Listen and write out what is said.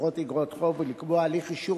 ובחברות איגרות חוב ולקבוע הליך אישור